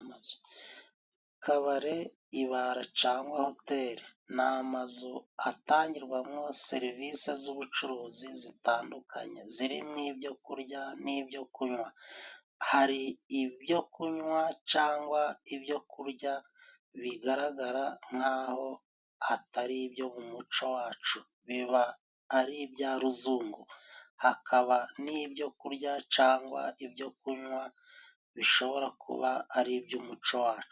Kabare, ibara cangwa hoteri. Ni amazu atangirwamo serivisi z'ubucuruzi zitandukanye. Zirimo ibyo kurya n'ibyo kunywa. Hari ibyo kunywa cyangwa ibyo kurya bigaragara nk'aho atari ibyo mu muco wacu. Biba ari ibya ruzungu. Hakaba n'ibyo kurya cyangwa ibyo kunywa bishobora kuba ari iby'umuco wacu.